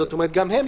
זאת אומרת גם הם,